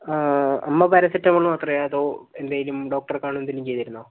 അമ്മ പാരസെറ്റാമോള് മാത്രമേ അതോ എന്തേലും ഡോക്ടറെ കാണുകയോ എന്തേലും ചെയ്തിരുന്നോ